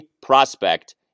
prospect